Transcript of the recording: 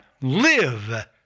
live